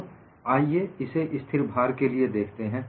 अब आइए इसे स्थिर भार के लिए देखते हैं